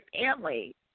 family